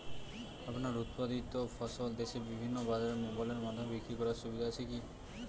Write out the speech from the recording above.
আমার উৎপাদিত ফসল দেশের বিভিন্ন বাজারে মোবাইলের মাধ্যমে বিক্রি করার সুবিধা আছে কি?